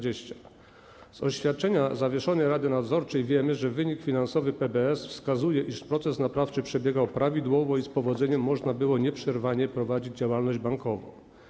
Z oświadczenia zawieszonej rady nadzorczej wiemy, że wynik finansowy PBS wskazywał na to, że proces naprawczy przebiegał prawidłowo i z powodzeniem można było nieprzerwanie prowadzić działalność bankową.